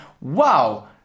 wow